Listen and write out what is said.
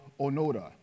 Onoda